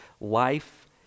life